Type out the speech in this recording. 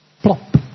plop